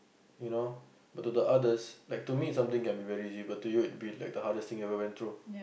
you know but to the others like to me some thing can be very easy but to you it'll be like the hardest thing you ever went through